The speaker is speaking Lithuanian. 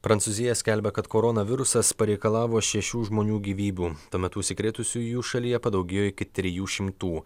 prancūzija skelbia kad koronavirusas pareikalavo šešių žmonių gyvybių tuo metu užsikrėtusiųjų šalyje padaugėjo iki trijų šimtų